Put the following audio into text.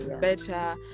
better